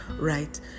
right